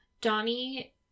Donnie